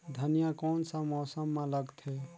धनिया कोन सा मौसम मां लगथे?